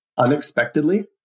Unexpectedly